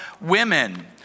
women